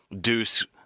Deuce